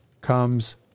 comes